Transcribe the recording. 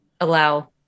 allow